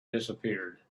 disappeared